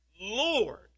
Lord